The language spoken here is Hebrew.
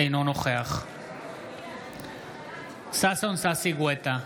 אינו נוכח ששון ששי גואטה,